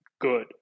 good